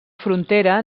frontera